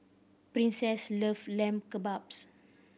Princess love Lamb Kebabs